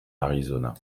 arizona